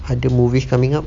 other movies coming up